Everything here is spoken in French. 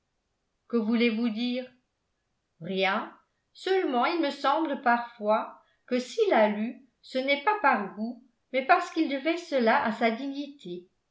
que voulez-vous dire rien seulement il me semble parfois que s'il a lu ce n'est pas par goût mais parce qu'il devait cela à sa dignité